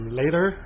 later